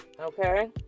Okay